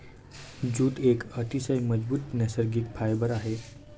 jute एक अतिशय मजबूत नैसर्गिक फायबर आहे